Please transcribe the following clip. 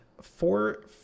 Four